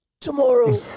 tomorrow